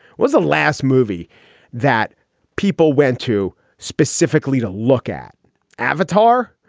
was the last movie that people went to specifically to look at avatar.